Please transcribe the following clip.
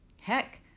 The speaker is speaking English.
Heck